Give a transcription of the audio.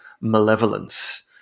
malevolence